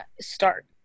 Start